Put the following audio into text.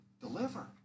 deliver